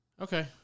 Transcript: Okay